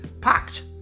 packed